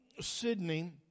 Sydney